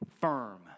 firm